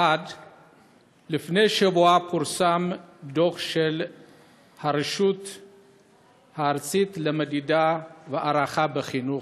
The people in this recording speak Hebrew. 1. לפני שבוע פורסם דוח של הרשות הארצית למדידה והערכה בחינוך,